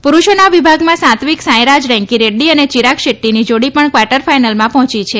પુરૂષોના વિભાગમાં સાત્વિક સાંઈરાજ રેંકી રેડ્ડી અને ચિરાગ શેટ્ટીની જોડી પણ ક્વાર્ટર ફાઈનલમાં પહોંચી છે